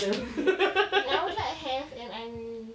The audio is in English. in our club have and I really